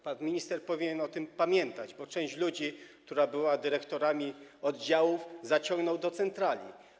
Pan minister powinien o tym pamiętać, bo część ludzi, którzy byli dyrektorami oddziałów, zaciągnął do centrali.